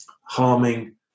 harming